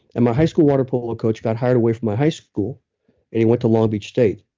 and my high school water polo coach got hired away from my high school and he went to long beach state,